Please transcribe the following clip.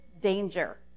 danger